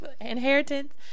Inheritance